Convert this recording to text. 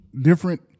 different